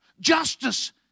Justice